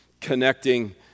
connecting